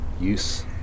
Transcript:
use